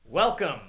Welcome